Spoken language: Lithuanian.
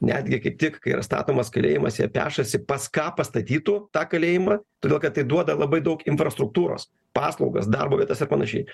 netgi kaip tik kai yra statomas kalėjimas jie pešasi pas ką pastatytų tą kalėjimą todėl kad tai duoda labai daug infrastruktūros paslaugas darbo vietas ir panašiai